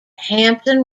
hampton